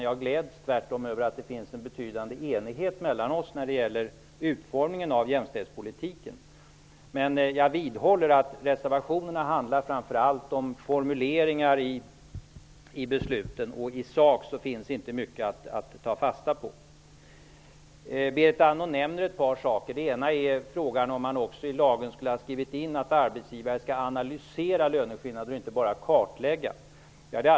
Jag gläds tvärtom över att det finns en betydande enighet mellan oss när det gäller utformningen av jämställdhetspolitiken. Jag vidhåller att reservationerna framför allt gäller formuleringar i besluten. I sak finns det inte mycket att ta fasta på. Berit Andnor nämnde ett par saker. Det gällde bl.a. om man i lagen också skulle ha skrivit in att arbetsgivare skall analysera löneskillander och inte bara kartlägga dem.